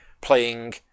playing